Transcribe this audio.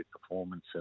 performance